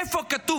איפה כתוב,